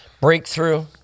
Breakthrough